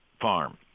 farm